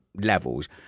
levels